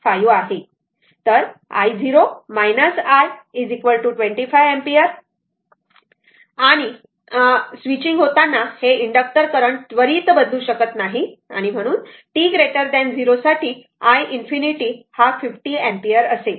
तर i0 I 25 ampere i0 i0 i0 25 ampere आहे कारण स्विचींग होताना हे इंडक्टर करंट त्वरित बदलू शकत नाही आणि t 0 साठी i ∞ 50 अँपिअर असेल